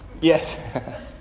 Yes